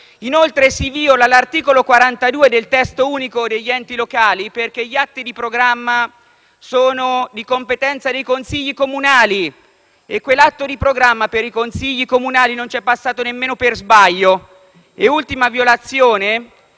Inoltre, si viola anche l'articolo 42 del testo unico degli enti locali, perché gli atti di programma sono di competenza dei consigli comunali, mentre quell'atto di programma per i consigli comunali non è passato nemmeno per sbaglio. Infine, l'ultima violazione: